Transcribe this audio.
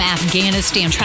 Afghanistan